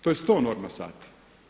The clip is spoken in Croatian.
To je 100 norma sati.